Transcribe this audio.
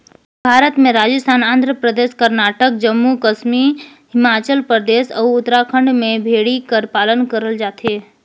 भारत में राजिस्थान, आंध्र परदेस, करनाटक, जम्मू कस्मी हिमाचल परदेस, अउ उत्तराखंड में भेड़ी कर पालन करल जाथे